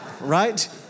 Right